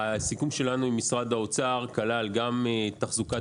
הסיכום שלנו עם משרד האוצר כלל גם תחזוקת